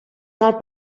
mal